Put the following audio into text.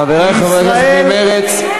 חברי חברי הכנסת ממרצ,